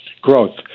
growth